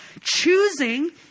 choosing